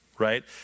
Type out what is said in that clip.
Right